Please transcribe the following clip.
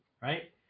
right